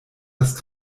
das